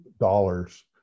dollars